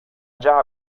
già